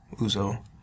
Uzo